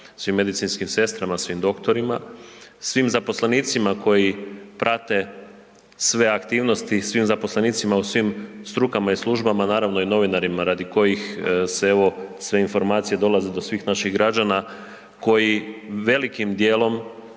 svim medicinskim sestrama, svim doktorima, svim zaposlenicima koji prate sve aktivnosti, svim zaposlenicima u svim strukama i službama naravno i novinarima radih kojih se evo sve informacije dolaze do svih naših građana koji velikim dijelom